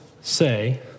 say